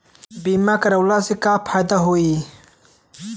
बीमा करवला से का फायदा होयी?